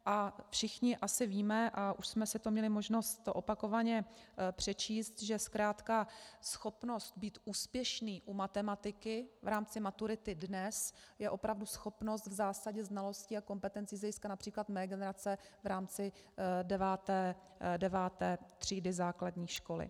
A všichni asi víme a už jsme si to měli možnost opakovaně přečíst, že zkrátka schopnost být úspěšný u matematiky v rámci maturity dnes je opravdu schopnost v zásadě znalostí a kompetencí z hlediska například mé generace v rámci deváté třídy základní školy.